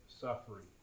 suffering